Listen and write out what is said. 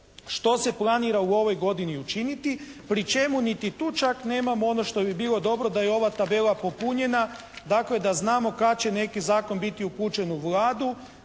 što se planira u ovoj godini učiniti, pri čemu ni tu čak nemamo što bi bilo dobro da je ova tabela popunjena, dakle da znamo kad će neki zakon biti upućen u Vladu,